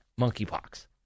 monkeypox